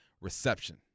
reception